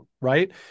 right